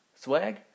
swag